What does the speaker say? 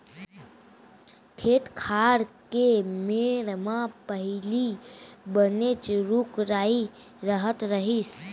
खेत खार के मेढ़ म पहिली बनेच रूख राई रहत रहिस